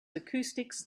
acoustics